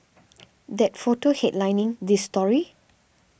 that photo headlining this story